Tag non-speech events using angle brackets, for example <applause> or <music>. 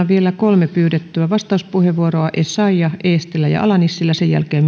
<unintelligible> vielä kolme pyydettyä vastauspuheenvuoroa essayah eestilä ja ala nissilä ja sen jälkeen <unintelligible>